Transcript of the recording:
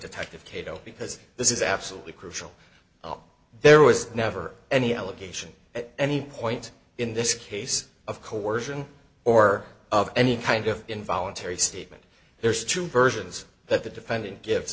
detective kato because this is absolutely crucial oh there was never any allegation at any point in this case of coercion or of any kind of involuntary statement there's two versions that the defendant gi